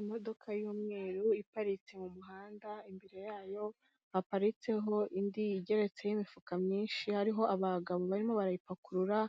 Imodoka y'umweru iparitse mu muhanda, imbere yayo haparitseho indi igeretseho imifuka myinshi, hariho abagabo barimo barayipakurura,